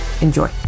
Enjoy